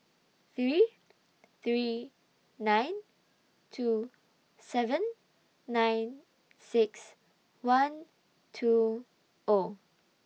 three three nine two seven nine six one two O